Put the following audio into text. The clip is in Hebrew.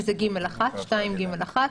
שזה סעיף 2(ג)(1).